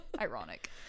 ironic